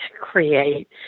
create